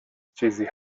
چیزی